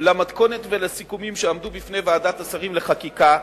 למתכונת ולסיכומים שעמדו לפני ועדת השרים לחקיקה,